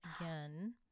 again